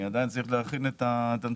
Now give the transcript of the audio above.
אני עדיין צריך להכין את הנתונים,